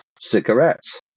cigarettes